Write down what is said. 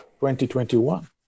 2021